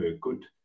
good